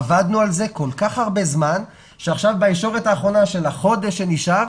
עבדנו על זה כל כך הרבה זמן שעכשיו בישורת האחרונה של החודש שנשאר,